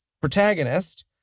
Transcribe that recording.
protagonist